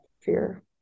fear